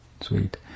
sweet